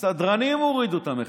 הסדרנים הורידו את המחיצות.